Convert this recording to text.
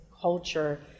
culture